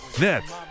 net